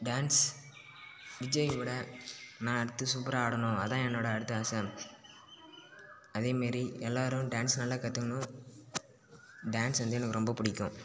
dance விஜயை விட நான் அடுத்து சூப்பராக ஆடணும் அதுதான் என்னோட அடுத்த ஆசை அதேமாரி எல்லாரும் டான்ஸ் நல்லா கற்றுக்கணும் டான்ஸ் வந்து எனக்கு ரொம்ப பிடிக்கும்